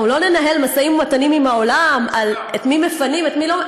אנחנו לא ננהל משאים-ומתנים עם העולם על את מי מפנים ואת מי לא.